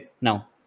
now